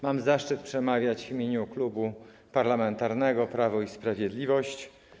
Mam zaszczyt przemawiać w imieniu Klubu Parlamentarnego Prawo i Sprawiedliwość.